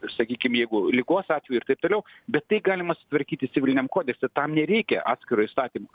sakykim jeigu ligos atveju ir taip toliau bet tai galima sutvarkyti civiliniam kodekse tam nereikia atskiro įstatymo